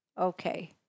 Okay